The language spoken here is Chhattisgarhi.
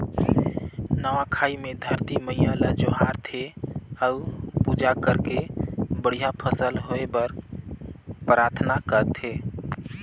नवा खाई मे धरती मईयां ल जोहार थे अउ पूजा करके बड़िहा फसल होए बर पराथना करथे